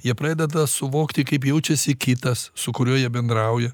jie pradeda suvokti kaip jaučiasi kitas su kuriuo jie bendrauja